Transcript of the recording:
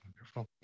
Wonderful